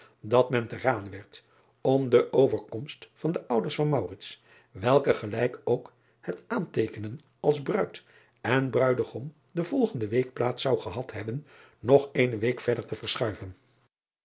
dat men te rade werd om de overkomst van de ouders van welke gelijk ook het aanteekenen als ruid en ruidegom de volgende week plaats zou gehad hebben nog eene week verder te verschuiven